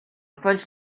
french